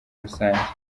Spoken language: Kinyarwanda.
rusange